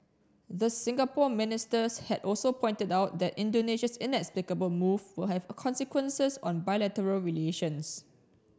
the Singapore ministers had also pointed out that Indonesia's inexplicable move will have consequences on bilateral relations